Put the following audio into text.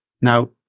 Now